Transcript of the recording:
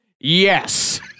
yes